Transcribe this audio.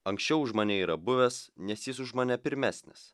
anksčiau už mane yra buvęs nes jis už mane pirmesnis